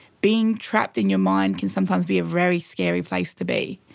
being trapped in your mind can sometimes be a very scary place to be,